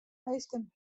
minsken